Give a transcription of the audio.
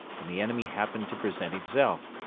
and the enemy happened to present himself.